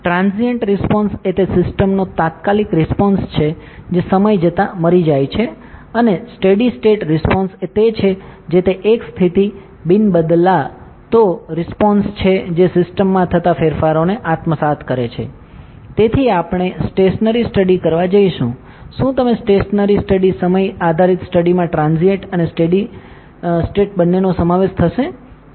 transient response એ તે સિસ્ટમનો તાત્કાલિક રિસ્પોન્સ છે જે સમય જતાં મરી જાય છે અને સ્ટેડી સ્ટેટ રિસ્પોન્સ એ તે છે જે તે એક સ્થિર બિન બદલાતો રિસ્પોન્સ છે જે સિસ્ટમમાં થતાં ફેરફારોને આત્મસાત કરે છે તેથી આપણે સ્ટેશનરી સ્ટડી કરવા જઈશું શું તમે સ્ટેશનરી સ્ટડી સમય આધારિત સ્ટડી માં ટ્રાન્સીયેન્ટ અને સ્ટેડી સ્ટેટ બંનેનો સમાવેશ થશે